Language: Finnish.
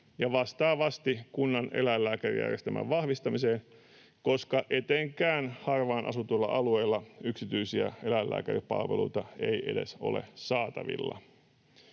ja vastaavasti kunnaneläinlääkärijärjestelmän vahvistamiseen, koska etenkään harvaan asutuilla alueilla yksityisiä eläinlääkäripalveluita ei edes ole saatavilla.